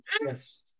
Yes